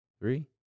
Three